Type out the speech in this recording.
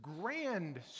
grand